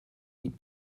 niet